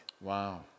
Wow